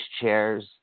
chairs